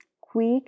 quick